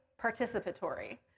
participatory